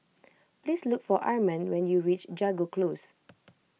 please look for Armand when you reach Jago Close